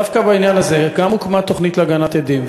דווקא בעניין הזה גם הוקמה תוכנית להגנת עדים,